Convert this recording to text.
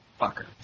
fucker